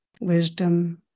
wisdom